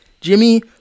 Jimmy